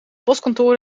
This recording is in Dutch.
postkantoor